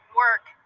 work